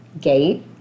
gate